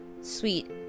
sweet